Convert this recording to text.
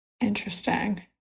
Interesting